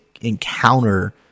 encounter